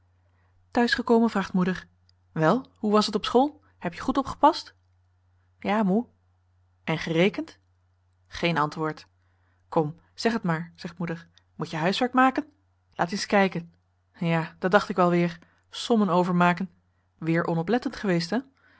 gekomen vraagt moeder wel hoe was t op school heb je goed opgepast ja moe en gerekend geen antwoord henriette van noorden weet je nog wel van toen kom zeg t maar zegt moeder moet je huiswerk maken laat eens kijken ja dat dacht ik wel weer sommen overmaken weer onoplettend geweest hè